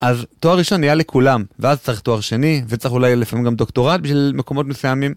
אז תואר ראשון נהיה לכולם ואז צריך תואר שני וצריך אולי לפעמים גם דוקטורט בשביל מקומות מסוימים.